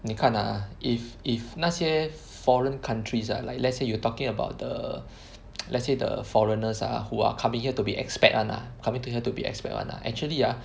你看 ah if if 那些 foreign countries ah like let's say you are talking about the let's say the foreigners ah who are coming here to be expat [one] ah coming to here to be expat [one] ah actually ah